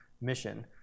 mission